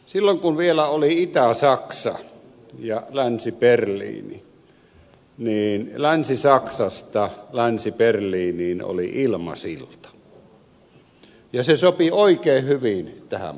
silloin kun vielä oli itä saksa ja länsi berliini länsi saksasta länsi berliiniin oli ilmasilta ja se sopi oikein hyvin tähän paikkaan